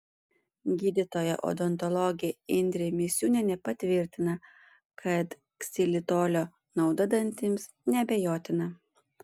gydytoja odontologė indrė misiūnienė patvirtina kad ksilitolio nauda dantims neabejotina